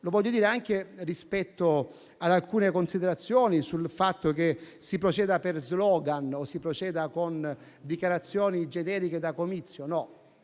Voglio dirlo anche rispetto ad alcune considerazioni sul fatto che si proceda per *slogan* o con dichiarazioni generiche da comizio. No,